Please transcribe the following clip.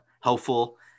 helpful